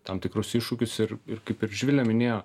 tam tikrus iššūkius ir ir kaip ir živilė minėjo